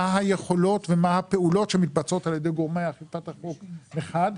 מה היכולות ומה הפעולות שמתבצעות על ידי גורמי אכיפת החוק מחד,